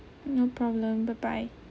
no problem bye bye